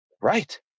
right